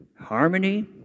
harmony